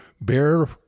bear